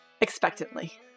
expectantly